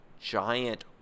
giant